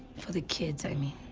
for the kids, i mean.